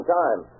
time